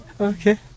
Okay